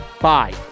Bye